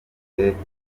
beretswe